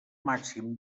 màxim